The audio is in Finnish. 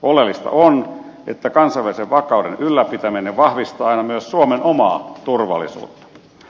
oleellista on että kansainvälisen vakauden ylläpitäminen vahvistaa aina myös suomen omaa turvallisuutta